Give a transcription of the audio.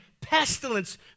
pestilence